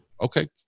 Okay